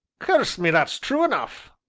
curse me, that's true enough!